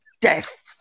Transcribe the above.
death